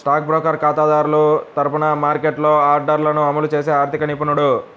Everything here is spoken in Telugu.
స్టాక్ బ్రోకర్ ఖాతాదారుల తరపున మార్కెట్లో ఆర్డర్లను అమలు చేసే ఆర్థిక నిపుణుడు